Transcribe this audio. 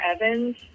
Evans